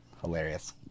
Hilarious